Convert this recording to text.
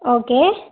okay